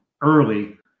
early